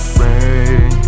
rain